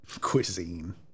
Cuisine